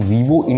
Vivo